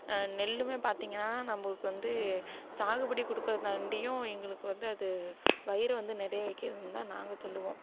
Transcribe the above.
நெல்லுமே பார்த்தீங்கனா நம்மளுக்கு வந்து சாகுபடி கொடுக்கறது தாண்டியும் எங்களுக்கு வந்து அது வயிறு வந்து நிறைய வைக்கிதுன்னு தான் நாங்கள் சொல்லுவோம்